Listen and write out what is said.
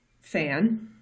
fan